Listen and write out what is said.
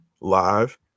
live